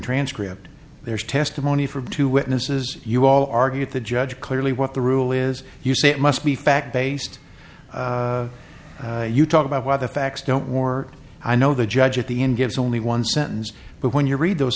transcript there is testimony from two witnesses you all argue the judge clearly what the rule is you say it must be fact based you talk about why the facts don't war i know the judge at the end gives only one sentence but when you read those